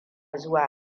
zuwa